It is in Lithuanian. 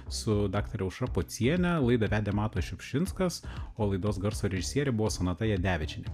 su daktare aušra pociene laidą vedė matas šiupšinskas o laidos garso režisierė buvo sonata jadevičienė